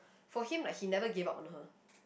for him like he never gave up on her